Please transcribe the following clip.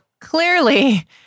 clearly